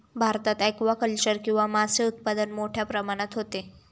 भारतात ॲक्वाकल्चर किंवा मासे उत्पादन मोठ्या प्रमाणात होते